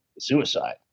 suicide